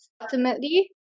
Ultimately